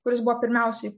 kuris buvo pirmiausiai